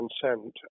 consent